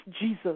Jesus